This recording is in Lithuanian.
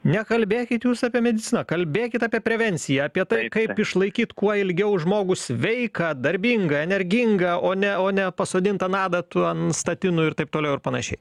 nekalbėkit jūs apie mediciną kalbėkit apie prevenciją apie tai kaip išlaikyt kuo ilgiau žmogų sveiką darbingą energingą o ne o ne pasodint ant adatų ant statinų ir taip toliau ir panašiai